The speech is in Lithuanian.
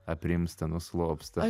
aprimsta nuslopsta